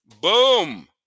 Boom